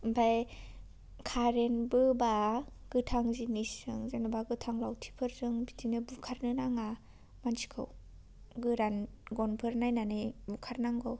ओमफ्राय खारेन बोबा गोथां जिनिसजों जेनेबा गोथां लावथिफोरजों बिदिनो बुखारनो नाङा मानसिखौ गोरान गनफोर नायनानै बुखारनांगौ